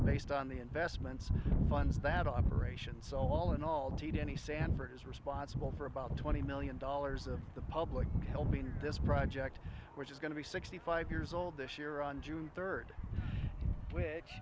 most on the investments funds that operation so all in all teach any sanford is responsible for about twenty million dollars of the public to help in this project which is going to be sixty five years old this year on june third which